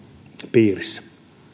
piirissä